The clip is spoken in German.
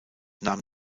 nahm